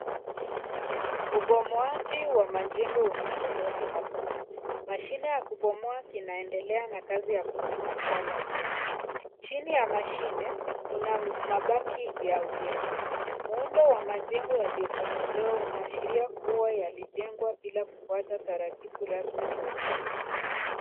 Ubomoaji wa majengo unaendelea hapa. Mashine ya kubomoa kinaendelea na kazi ya kubomoa paa la jengo. Chini ya mashine kuna mabaki ya ujenzi. Muundo wa majengo yaliyobomolewa unaashiria kuwa yalijengwa bila kufuata taratibu rasmi za ujenzi.